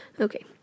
okay